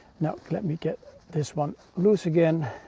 now let me get this one loose again.